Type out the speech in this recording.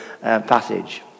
passage